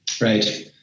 Right